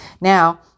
Now